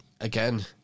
again